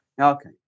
okay